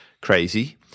crazy